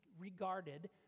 regarded